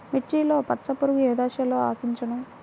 మిర్చిలో పచ్చ పురుగు ఏ దశలో ఆశించును?